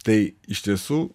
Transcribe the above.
tai iš tiesų